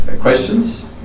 questions